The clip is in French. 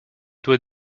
doit